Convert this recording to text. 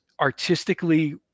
artistically